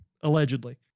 Allegedly